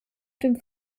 dem